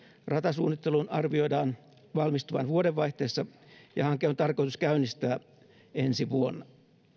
ratasuunnittelun arvioidaan valmistuvan vuodenvaihteessa ja hanke on on tarkoitus käynnistää ensi vuonna